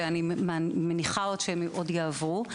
ואני מניחה שהם עוד יעברו.